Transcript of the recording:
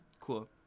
Cool